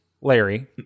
Larry